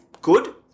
good